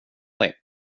dig